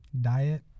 diet